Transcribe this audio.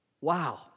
wow